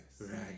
Right